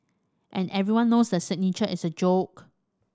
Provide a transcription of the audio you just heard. and everyone knows that signature is a joke